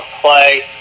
play